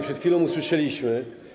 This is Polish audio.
Przed chwilą usłyszeliśmy.